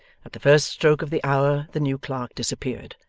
at the first stroke of the hour, the new clerk disappeared.